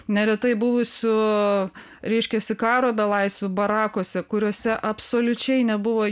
neretai buvusių reiškiasi karo belaisvių barakuose kuriuose absoliučiai nebuvo